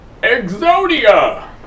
EXODIA